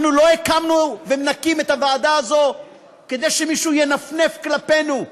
אנחנו לא הקמנו ונקים את הוועדה הזאת כדי שמישהו ינפנף כלפינו,